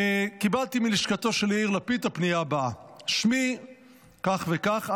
קיבלתי מלשכתו של יאיר לפיד את הפנייה הבאה: שמי כך וכך,